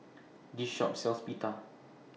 This Shop sells Pita